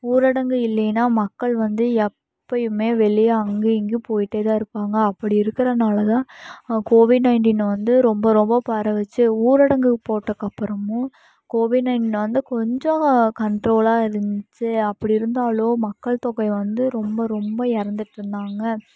ஊரடங்கு இல்லைனா மக்கள் வந்து எப்போயுமே வெளிய அங்கேயும் இங்கேயும் போயிகிட்டே தான் இருப்பாங்க அப்படி இருக்கிறனால தான் கோவிட் நைன்டீன்ல வந்து ரொம்ப ரொம்ப பரவிச்சி ஊரடங்கு போட்டக்கப்புறமும் கோவிட் நைன்டீன் வந்து கொஞ்சம் கண்ட்ரோலாக இருந்துச்சு அப்படி இருந்தாலும் மக்கள் தொகை வந்து ரொம்ப ரொம்ப இறந்துட்ருந்தாங்க